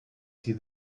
see